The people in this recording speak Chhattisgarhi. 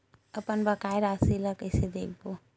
अपन बकाया राशि ला कइसे देखबो?